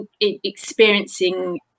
experiencing